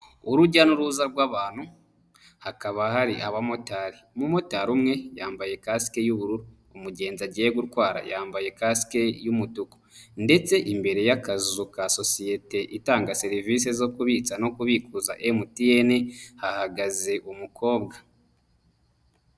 Urujya n'uruza rw'abantu, hakaba hari abamotari, umumotari umwe yambaye kasike y'ubururu, umugenzi agiye gutwara yambaye kasike y'umutuku ndetse imbere y'akazu ka sosiyete itanga serivisi zo kubika no kubikuza MTN hahagaze umukobwa.